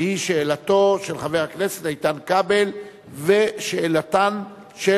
שאלתו של חבר הכנסת איתן כבל ושאלתן של